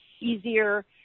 easier